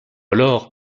alors